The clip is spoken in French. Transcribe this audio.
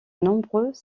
nombreux